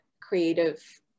creative